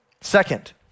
Second